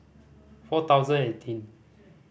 four thousand eighteen